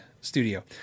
studio